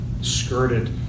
skirted